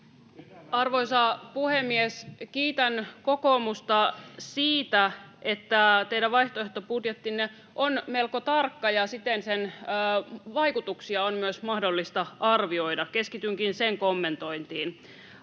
Arvoisa puhemies! Kiitän kokoomusta siitä, että teidän vaihtoehtobudjettinne on melko tarkka ja siten sen vaikutuksia on myös mahdollista arvioida. Keskitynkin sen kommentointiin.